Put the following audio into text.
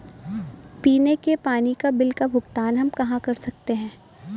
पीने के पानी का बिल का भुगतान हम कहाँ कर सकते हैं?